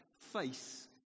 face